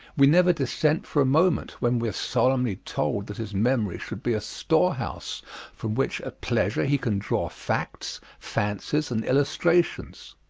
we never dissent for a moment when we are solemnly told that his memory should be a storehouse from which at pleasure he can draw facts, fancies, and illustrations.